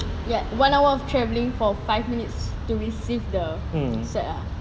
ya one hour of travelling for five minutes to receive the set ah